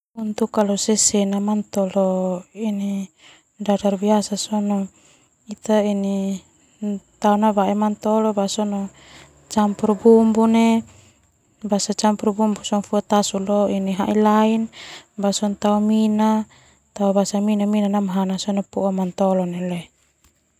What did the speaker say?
Manutolo dadar biasa campur bumbu fua tasu tao mina fo mina namahana sona poa manutolo.